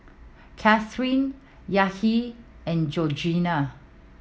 Kathryn Yahir and Georgiann